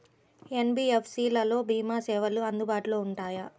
NBFC లలో భీమా సేవలు అందుబాటులో ఉంటాయా?